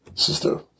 Sister